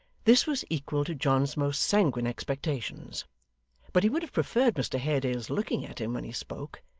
this was equal to john's most sanguine expectations but he would have preferred mr haredale's looking at him when he spoke,